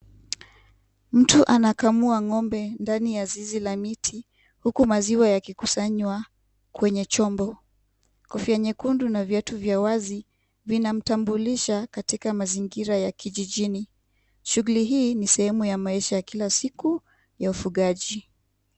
Mtu anakamua ng'ombe ndani ya zizi la miti huku maziwa yakikusanywa kwenye chombo. Kofia nyekundu na viatu vya wazi vinamtambulisha katika mazingira ya kijijini. Shughuli hii ni sehemu ya maisha ya kila siku ya ufugaji.